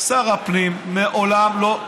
שר הפנים לעולם לא יחתום.